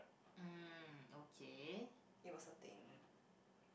mm okay